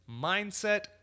Mindset